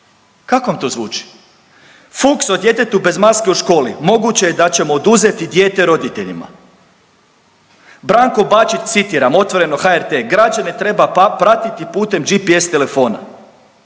Kako vam to zvuči? Fuchs o djetetu bez maske u školi, moguće je da ćemo oduzeti dijete roditeljima. Branko Bačić citiram, Otvoreno HRT, građane treba pratiti putem GPS telefona.